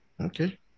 Okay